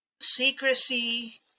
secrecy